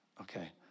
okay